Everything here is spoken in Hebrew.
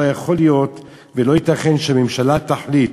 לא יכול להיות ולא ייתכן שהממשלה תחליט,